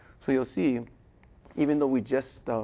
so you'll see even though we just,